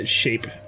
shape